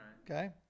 okay